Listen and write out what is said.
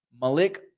Malik